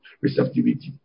receptivity